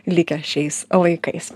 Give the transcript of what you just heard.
likę šiais laikais